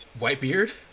Whitebeard